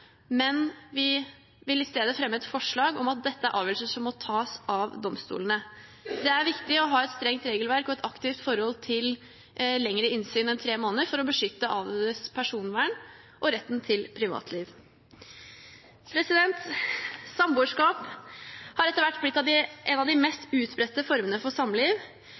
men vi vil i stedet fremme et forslag om at dette er avgjørelser som må tas av domstolene. Det er viktig å ha et strengt regelverk og et aktivt forhold til innsyn i mer enn tre måneder for å beskytte avdødes personvern og retten til privatliv. Samboerskap har etter hvert blitt en av de mest utbredte formene for samliv,